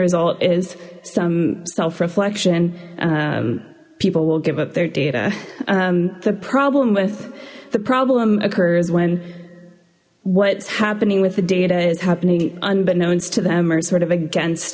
result is some self reflection people will give up their data the problem with the problem occurs when what's happening with the data is happening unbeknownst to them or sort of against